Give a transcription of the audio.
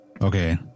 Okay